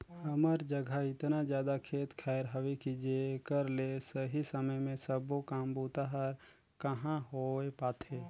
हमर जघा एतना जादा खेत खायर हवे कि जेकर ले सही समय मे सबो काम बूता हर कहाँ होए पाथे